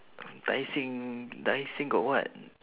tai seng tai seng got what